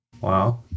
Wow